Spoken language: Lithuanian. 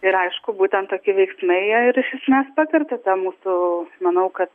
ir aišku būtent tokie veiksmai jie ir iš esmės pakerta tą mūsų manau kad